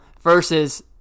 versus